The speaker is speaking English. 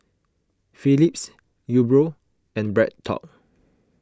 Phillips Umbro and BreadTalk